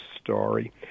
story